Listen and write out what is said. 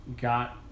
got